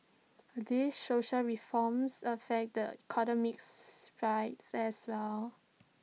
these social reforms affect the economic as well